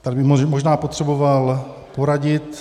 Tady bych možná potřeboval poradit.